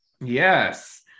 Yes